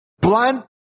blunt